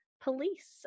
police